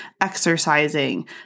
exercising